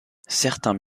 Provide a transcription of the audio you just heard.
certains